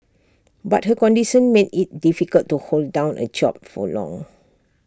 but her condition made IT difficult to hold down A job for long